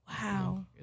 Wow